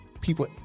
People